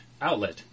outlet